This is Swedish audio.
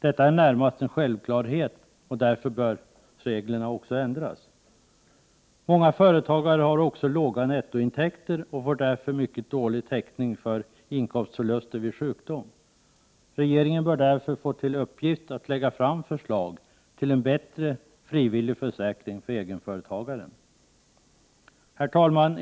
Detta är närmast en självklarhet, och därför bör reglerna ändras. Många företagare har också låga nettointäkter och får därför mycket dålig täckning för inkomstförluster vid sjukdom. Regeringen bör därför få i uppgift att lägga fram förslag till en bättre frivillig försäkring för egenföretagarna. Herr talman!